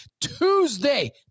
tuesday